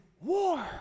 war